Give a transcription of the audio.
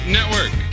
Network